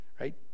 right